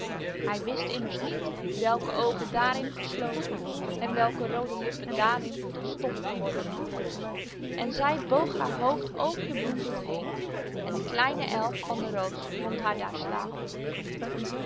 hij wist immers niet welke oogen daarin gesloten en welke roode lippen daarin tot stof geworden waren en zij boog haar hoofd over den bloempot heen en de kleine elf van de roos vond haar daar slapende